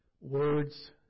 words